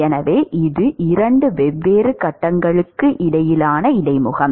எனவே இது இரண்டு வெவ்வேறு கட்டங்களுக்கு இடையிலான இடைமுகம்